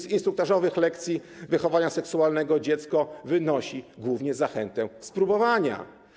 Z instruktażowych lekcji wychowania seksualnego dziecko wynosi głównie zachętę spróbowania.